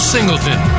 Singleton